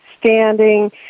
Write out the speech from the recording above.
standing